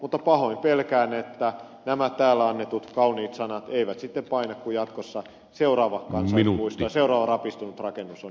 mutta pahoin pelkään että nämä täällä annetut kauniit sanat eivät sitten paina kun jatkossa seuraava kansallispuisto ja seuraava rapistunut rakennus on edessä